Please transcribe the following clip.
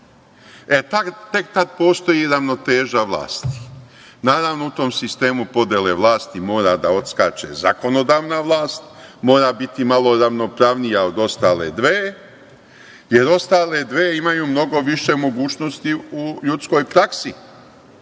E, tek tada postoji ravnoteža vlasti. Naravno, u tom sistemu podele vlasti mora da odskače zakonodavna vlast, mora biti malo ravnopravnija od ostale dve, jer ostale dve imaju mnogo više mogućnosti u ljudskoj praksi